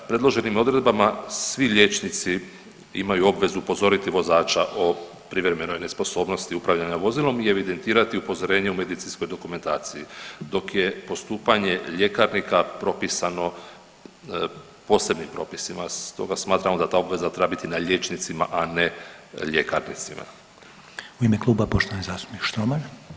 Predloženim odredbama svi liječnici imaju obvezu upozoriti vozača o privremenoj nesposobnosti upravljanja vozilom i evidentirati upozorenje u medicinskoj dokumentaciji dok je postupanje ljekarnika propisano posebnim propisima stoga smatramo da ta obaveza treba biti na liječnicima, a ne ljekarnicima.